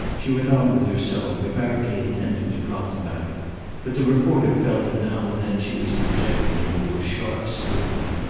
she went on with her sewing, apparently intending to drop the matter but the reporter felt that now and then she was subjecting him to a sharp scrutiny,